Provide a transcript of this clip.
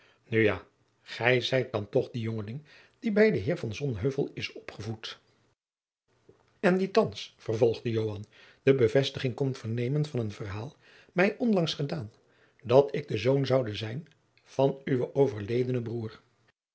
nu ja gij zijt dan toch die jongeling die bij den heer van sonheuvel is opgevoed en die thands vervolgde joan de bevestiging komt vernemen van een verhaal mij onlangs gedaan dat ik de zoon zoude zijn van uwen overedenen broeder